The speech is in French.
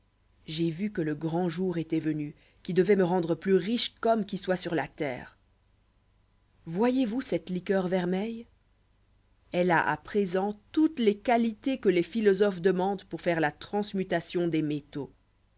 j'ai vu que le grand jour étoit venu qui devoit me rendre plus riche qu'homme qui soit sur la terre voyez-vous cette liqueur vermeille elle a à présent toutes les qualités que les philosophes demandent pour faire la transmutation des métaux